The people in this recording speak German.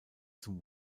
zum